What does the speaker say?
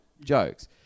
jokes